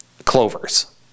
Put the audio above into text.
Clovers